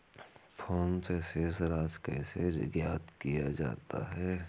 Phone से शेष राशि कैसे ज्ञात किया जाता है?